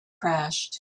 crashed